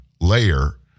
layer